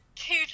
Two